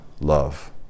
love